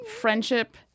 friendship